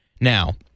now